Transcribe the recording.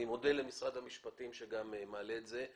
אני מודה למשרד המשפטים שמעלה אותה.